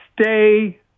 stay